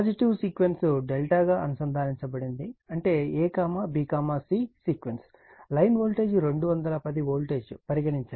positive sequence Δ గా అనుసందానించబడినది అంటే a b c sequence line voltage 210 voltage పరిగణించండి